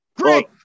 Great